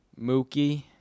Mookie